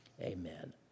Amen